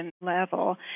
level